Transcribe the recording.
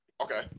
Okay